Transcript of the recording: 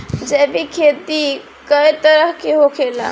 जैविक खेती कए तरह के होखेला?